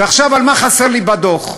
ועכשיו על מה חסר לי בדוח,